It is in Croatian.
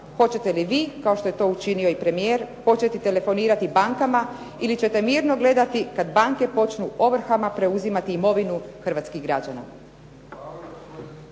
hoćete li vi kao što je to učinio i premijer početi telefonirati bankama ili ćete mirno gledati kad banke počnu ovrhama preuzimati imovinu hrvatskih građana?